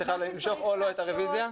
צריכה למשוך את הרוויזיה?